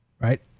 right